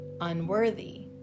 unworthy